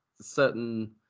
certain